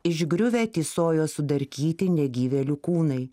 išgriuvę tįsojo sudarkyti negyvėlių kūnai